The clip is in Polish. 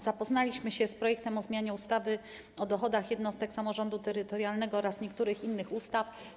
Zapoznaliśmy się z projektem ustawy o zmianie ustawy o dochodach jednostek samorządu terytorialnego oraz niektórych innych ustaw.